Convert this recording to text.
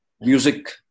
music